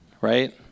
right